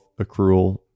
accrual